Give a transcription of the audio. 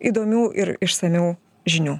įdomių ir išsamių žinių